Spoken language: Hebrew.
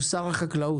הוא שר החקלאות,